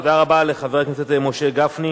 תודה רבה לחבר הכנסת משה גפני.